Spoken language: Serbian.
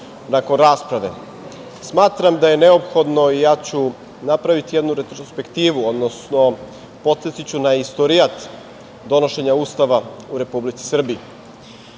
nakon rasprave, smatram da je neophodno i ja ću napraviti jednu retrospektivu, odnosno podsetiću na istorijat donošenja Ustava u Republici Srbiji.